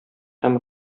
һәм